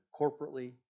corporately